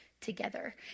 together